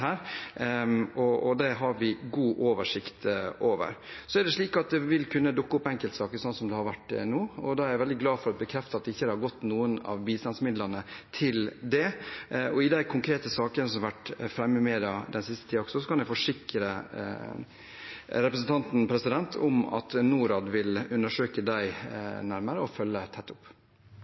og det har vi god oversikt over. Så er det slik at det vil kunne dukke opp enkeltsaker, slik det har gjort nå, og da er jeg veldig glad for å bekrefte at ingen av bistandsmidlene har gått til det. Når det gjelder de konkrete sakene som har vært framme i media den siste tiden, kan jeg forsikre representanten om at Norad vil undersøke dem nærmere og følge tett opp.